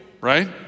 right